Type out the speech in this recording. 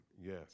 Yes